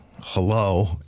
hello